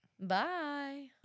Bye